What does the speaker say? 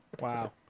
Wow